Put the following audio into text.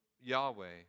Yahweh